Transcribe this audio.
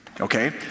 okay